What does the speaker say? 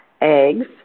eggs